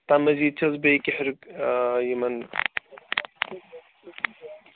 تَمۍ مزیٖد چھِ حظ بیٚیہِ کیٚنہہ ریُک یِمَن